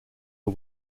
per